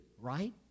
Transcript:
right